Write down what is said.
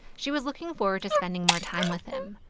she was looking forward to spending more time with him,